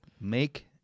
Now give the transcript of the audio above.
make